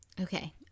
okay